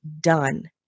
done